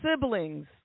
Siblings